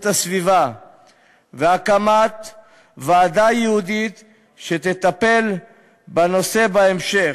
הסביבה ולהקים ועדה ייעודית שתטפל בנושא בהמשך.